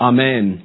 Amen